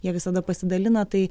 jie visada pasidalina tai